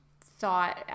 thought